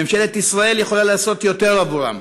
ממשלת ישראל יכולה לעשות יותר עבורם.